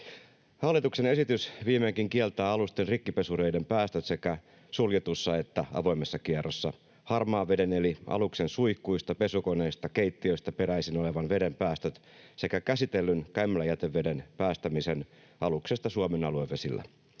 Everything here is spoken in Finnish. Hallituksen esitys viimeinkin kieltää alusten rikkipesureiden päästöt sekä suljetussa että avoimessa kierrossa, harmaan veden eli aluksen suihkuista, pesukoneista ja keittiöistä peräisin olevan veden päästöt sekä käsitellyn käymäläjäteveden päästämisen aluksesta Suomen aluevesillä.